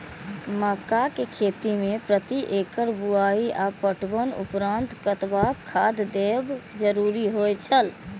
मक्का के खेती में प्रति एकड़ बुआई आ पटवनक उपरांत कतबाक खाद देयब जरुरी होय छल?